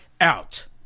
out